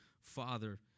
Father